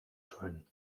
zuen